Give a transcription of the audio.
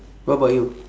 what about you